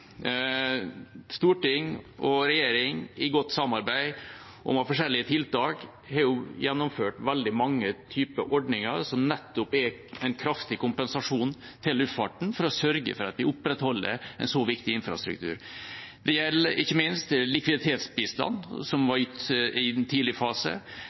Storting og regjering i godt samarbeid om forskjellige tiltak har gjennomført veldig mange typer ordninger som nettopp er en kraftig kompensasjon til luftfarten for å sørge for at vi opprettholder en så viktig infrastruktur. Det gjelder ikke minst likviditetsbistand i en tidlig fase,